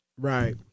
right